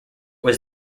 was